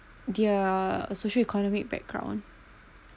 their socio-economic background